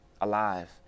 alive